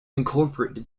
incorporated